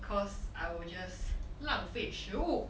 because I will just 浪费食物